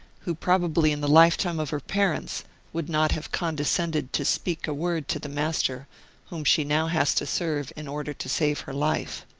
who probably in the life time of her parents would not have condescended to speak a word to the master whom she now has to serve in order to save her life.